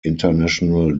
international